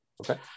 Okay